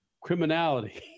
criminality